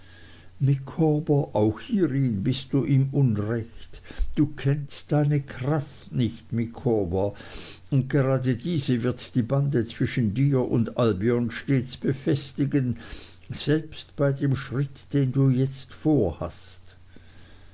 auch hierin bist du im unrecht du kennst deine kraft nicht micawber und diese grade wird die bande zwischen dir und albion stets befestigen selbst bei dem schritt den du jetzt vorhast